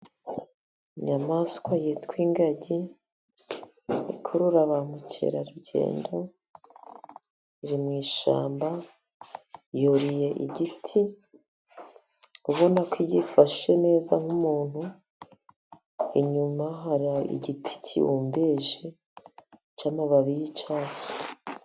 Inyamaswa yitwa ingagi, ikurura ba mukerarugendo, iri mu ishyamba yuriye igiti, uri kubona ko igifashe neza nk'umuntu, inyuma hari igiti kibumbeje cy'amababi y'icyatsi.